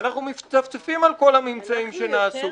אנחנו מצפצפים על כל הממצאים שנעשו.